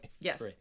Yes